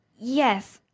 Yes